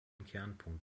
kernpunkt